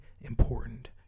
important